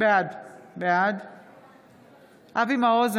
בעד אבי מעוז,